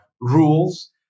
rules